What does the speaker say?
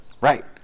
Right